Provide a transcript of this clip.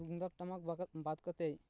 ᱛᱩᱢᱫᱟᱜ ᱴᱟᱢᱟᱠ ᱵᱟᱫ ᱠᱟᱛᱮᱫ